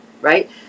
right